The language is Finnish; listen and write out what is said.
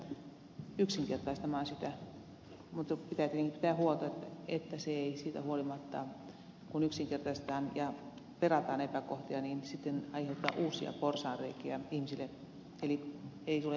mutta pitää tietenkin pitää huolta että se ei siitä huolimatta kun yksinkertaistetaan ja perataan epäkohtia aiheuteta uusia porsaanreikiä ihmisille eli että ei tule uusia väliinputoajia